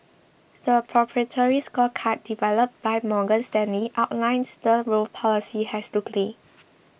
the proprietary scorecard developed by Morgan Stanley outlines the role policy has to play